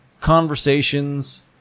conversations